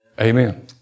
Amen